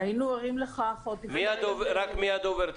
היינו ערים לכך עוד לפני --- רק מי הדוברת?